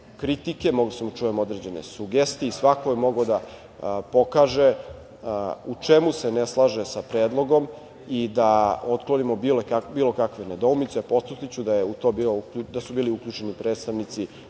kritike, mogli smo da čujemo određene sugestije i svako je mogao da pokaže u čemu se ne slaže sa predlogom i da otklonimo bilo kakve nedoumice. Podsetiću da su u to bili uključeni predstavnici